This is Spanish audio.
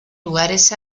lugares